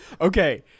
Okay